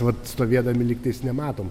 vat stovėdami lygtais nematom